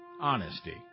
honesty